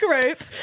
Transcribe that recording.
group